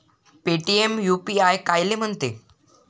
Paytm UPI कायले म्हनते?